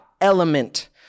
Element